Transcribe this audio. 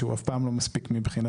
שהוא אף פעם לא מספיק מבחינתנו,